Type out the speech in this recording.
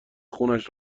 خونش